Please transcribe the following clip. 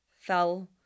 Fell